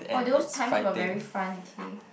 for those times were very fun okay